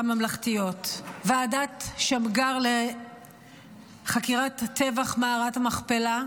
ממלכתיות: ועדת שמגר לחקירת טבח מערת המכפלה,